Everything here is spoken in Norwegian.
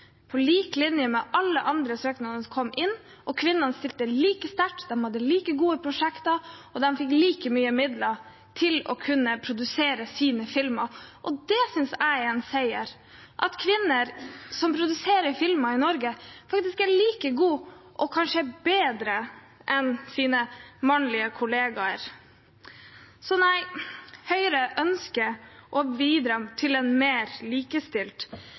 på kvalitet, på lik linje med alle andre søknader som kom inn, og kvinnene stilte like sterkt, de hadde like gode prosjekter og fikk like mye midler til å kunne produsere sine filmer. Det synes jeg er en seier – at kvinner som produserer filmer i Norge, faktisk er like gode og kanskje bedre enn sine mannlige kollegaer. Høyre ønsker å bidra til en mer likestilt